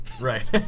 Right